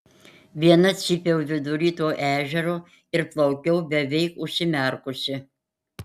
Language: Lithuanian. viena cypiau vidury to ežero ir plaukiau beveik užsimerkusi